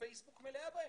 שהפייסבוק מלא בהם.